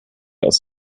aus